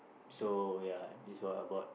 so ya this what about